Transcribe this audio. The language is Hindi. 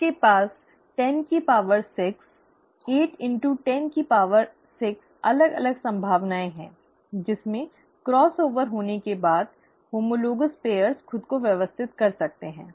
आपके पास 10 की पावर 6 8 10 की पावर 6 अलग अलग संभावनाएं हैं जिसमें क्रॉस ओवर होने के बाद होमोलोगॅस जोड़ी खुद को व्यवस्थित कर सकते हैं